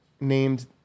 named